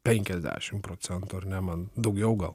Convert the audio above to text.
penkiasdešim procentų ar ne man daugiau gal